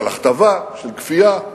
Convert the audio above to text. של הכתבה, של כפייה,